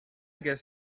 guess